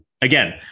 Again